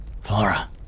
Flora